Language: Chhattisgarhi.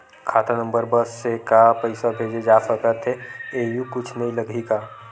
खाता नंबर बस से का पईसा भेजे जा सकथे एयू कुछ नई लगही का?